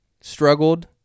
struggled